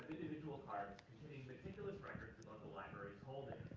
individual cards containing meticulous records of all the library's holdings.